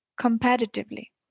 comparatively